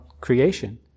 creation